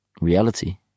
reality